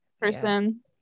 person